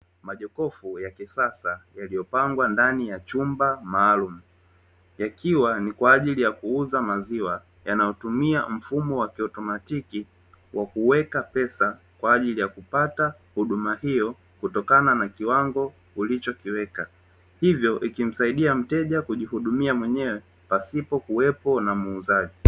Majokofu ya kisasa yaliyopangwa ndani ya chumba maalumu, yakiwa ni kwa ajili ya kuuza maziwa yanayotumia mfumo wakiautomatiki wa kuwekwa pesa kwa ajili ya kupata huduma hiyo kutokana na kuwango ulichokiweka; hivyo ikimsaidia mteja kujihudumia mwenyewe pasipo kuwepo kwa muuzaji.